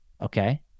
okay